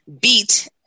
beat